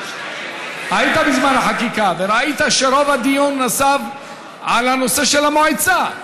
היית בזמן החקיקה וראית שרוב הדיון נסב על הנושא המועצה,